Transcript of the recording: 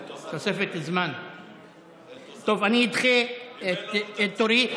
טוב, אני אדחה את תורי.